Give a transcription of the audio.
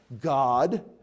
God